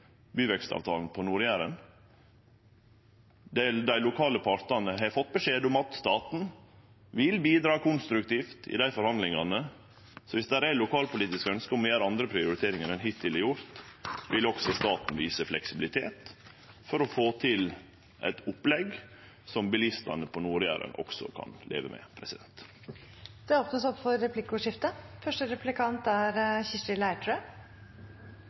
byvekstavtalen på Nord-Jæren. Dei lokale partane har fått beskjed om at staten vil bidra konstruktivt i dei forhandlingane, så viss det er lokalpolitiske ønske om å gjere andre prioriteringar enn dei ein hittil har gjort, vil også staten vise fleksibilitet for å få til eit opplegg som bilistane på Nord-Jæren kan leve med.